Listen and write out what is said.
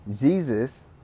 Jesus